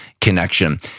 connection